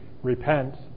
Repent